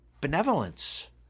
benevolence